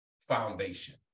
foundation